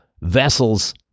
vessels